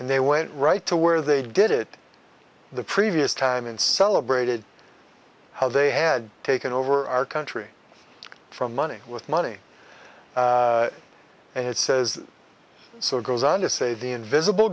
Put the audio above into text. and they went right to where they did it the previous time and celebrated how they had taken over our country from money with money and it says so it goes on to say the invisible